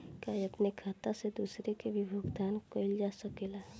का अपने खाता से दूसरे के भी भुगतान कइल जा सके ला?